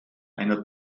einer